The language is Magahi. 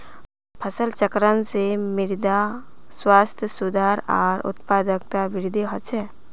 फसल चक्रण से मृदा स्वास्थ्यत सुधार आर उत्पादकतात वृद्धि ह छे